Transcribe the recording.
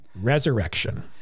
Resurrection